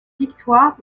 victoire